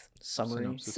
summary